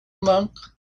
monk